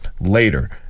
later